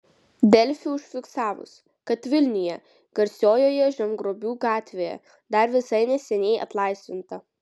delfi užfiksavus kad vilniuje garsiojoje žemgrobių gatvėje dar visai neseniai atlaisvinta